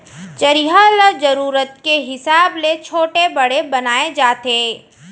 चरिहा ल जरूरत के हिसाब ले छोटे बड़े बनाए जाथे